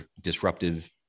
disruptive